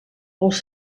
els